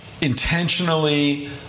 intentionally